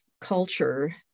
culture